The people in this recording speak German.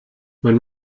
man